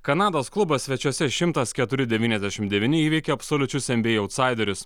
kanados klubas svečiuose šimtas keturi devyniasdešim devyni įveikė absoliučius nba autsaiderius